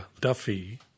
Duffy